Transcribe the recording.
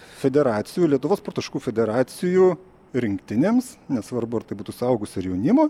federacijų lietuvos sporto šakų federacijų rinktinėms nesvarbu ar tai būtų suaugusių ar jaunimo